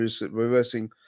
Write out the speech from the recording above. reversing